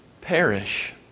perish